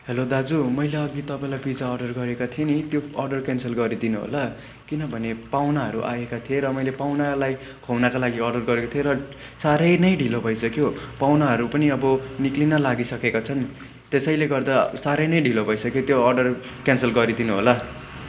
hello दाजु मैले अघि तपाईँलाई पिजा अर्डर गरेका थिएँ नि त्यो अर्डर क्यान्सल गरिदिनु होला किनभने पाहुनाहरू आएका थिए र मैले पाहुनालाई खुवाउनका लागि अर्डर गरेको थिएँ र साह्रै नै ढिलो भइसक्यो पाहुनाहरू पनि अब निस्किन लागिसकेका छन् त्यसैले गर्दा साह्रै नै ढिलो भइसक्यो त्यो अर्डर क्यान्सल गरिदिनु होला